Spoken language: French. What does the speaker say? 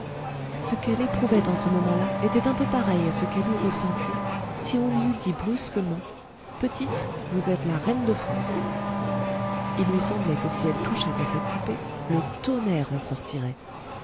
ce qu'elle éprouvait en ce moment-là était un peu pareil à ce qu'elle eût ressenti si on lui eût dit brusquement petite vous êtes la reine de france il lui semblait que si elle touchait à cette poupée le tonnerre en sortirait